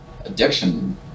addiction